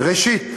ראשית,